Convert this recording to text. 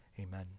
Amen